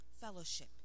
fellowship